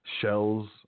shells